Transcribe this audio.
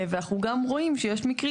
ואנחנו גם רואים שיש מקרים